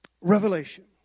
Revelation